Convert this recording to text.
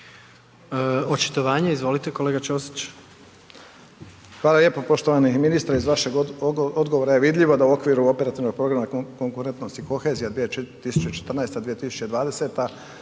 Očitovanje, izvolite kolega Ćosić. **Ćosić, Pero (HDZ)** Hvala lijepo poštovani ministre, iz vašeg odgovora je vidljivo da u okviru operativnog programa konkurentnosti i kohezija 2014., 2020.